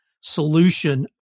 solution